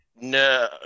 no